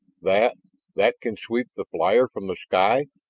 that that can sweep the flyer from the sky?